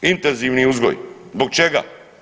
Intenzivni uzgoj, zbog čega?